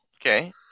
Okay